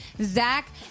Zach